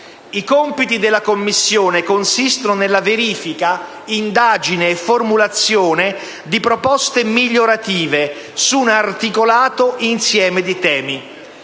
I compiti della Commissione consistono nella verifica, indagine e formulazione di proposte migliorative, su un articolato insieme di temi.